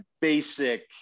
basic